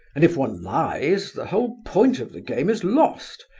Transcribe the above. and if one lies the whole point of the game is lost,